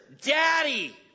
Daddy